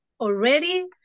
already